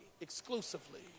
exclusively